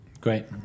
Great